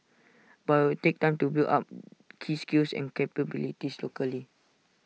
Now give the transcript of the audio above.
but IT will take time to build up key skills and capabilities locally